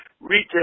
Retail